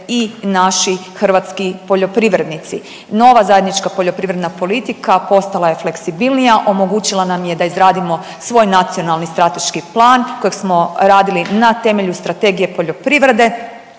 i naši hrvatski poljoprivrednici. Nova zajednička poljoprivredna politika postala je fleksibilnija, omogućila nam je da izradimo svoj Nacionalni strateški plan kojeg smo radili na temelju Strategije poljoprivrede,